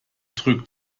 drückt